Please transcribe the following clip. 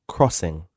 Crossing